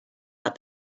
out